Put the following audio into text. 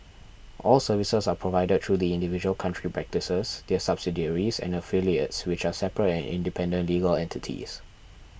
all services are provided through the individual country practices their subsidiaries and affiliates which are separate and independent legal entities